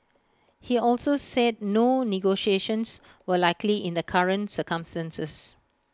he also said no negotiations were likely in the current circumstances